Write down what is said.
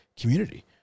community